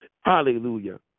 Hallelujah